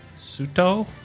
Suto